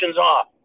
off